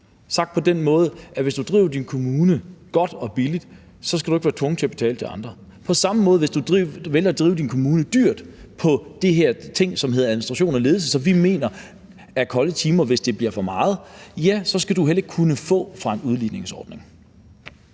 Sagt på en anden måde: Hvis du driver din kommune godt og billigt, skal du ikke være tvunget til at betale til andre. På samme måde, hvis du vælger at drive din kommune dyrt på de her områder, der hedder administration og ledelse, som vi mener er kolde timer, hvis det bliver for meget, ja, så skal du heller ikke kunne få penge fra en udligningsordning.